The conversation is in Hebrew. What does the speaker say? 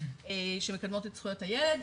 שמקדמות את זכויות הילד,